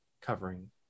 covering